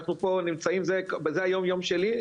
אנחנו פה נמצאים בזה היום שלי,